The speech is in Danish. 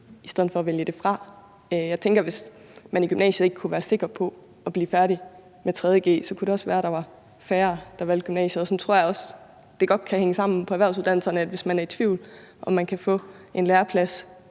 i stedet for at vælge det fra? Jeg tænker, at hvis man i gymnasiet ikke kunne være sikker på at blive færdig med 3. g, kunne det også være, at der ville være færre, der valgte gymnasiet, og sådan tror jeg også godt det kan hænge sammen på erhvervsuddannelserne, altså at hvis man er i tvivl om, om man kan få en læreplads,